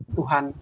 Tuhan